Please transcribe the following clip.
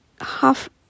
half